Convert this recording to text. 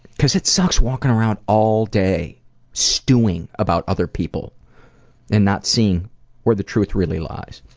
cause it sucks walking around all day stewing about other people and not seeing where the truth really lies.